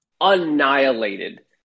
annihilated